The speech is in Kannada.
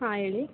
ಹಾಂ ಹೇಳಿ